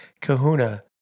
kahuna